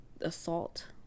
assault